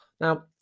Now